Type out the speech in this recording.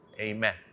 amen